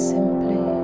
Simply